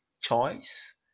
choice